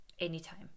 anytime